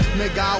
nigga